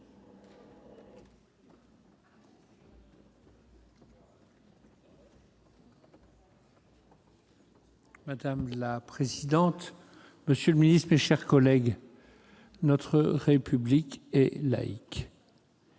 Madame la présidente, monsieur le secrétaire d'État, mes chers collègues, notre République est laïque.